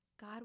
God